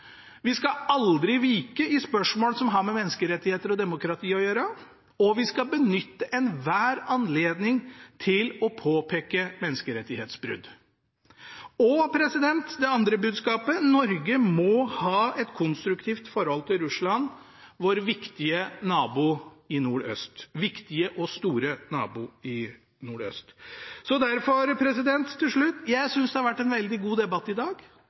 Vi skal aldri vike i spørsmål som har med menneskerettigheter og demokrati å gjøre, og vi skal benytte enhver anledning til å påpeke menneskerettighetsbrudd. Det andre budskapet: Norge må ha et konstruktivt forhold til Russland, vår viktige og store nabo i nordøst. Til slutt: Jeg synes det har vært en veldig god debatt i dag